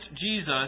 Jesus